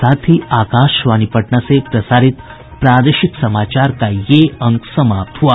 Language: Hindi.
इसके साथ ही आकाशवाणी पटना से प्रसारित प्रादेशिक समाचार का ये अंक समाप्त हुआ